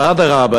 ואדרבה,